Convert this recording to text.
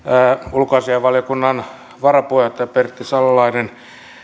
ulkoasiainvaliokunnan varapuheenjohtaja pertti salolainen